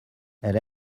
elle